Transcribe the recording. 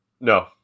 No